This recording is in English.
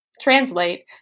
translate